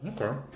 Okay